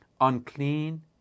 unclean